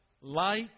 light